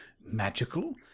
magical